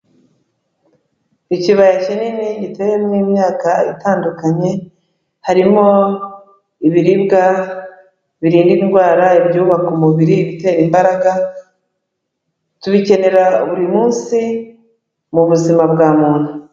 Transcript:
Ikibaya kinini giteyemo imyaka itandukanye, harimo ibiribwa birinda indwara, ibyubaka umubiri, ibitera imbaraga, tubikenera buri munsi mu buzima bwa muntu.